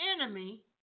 enemy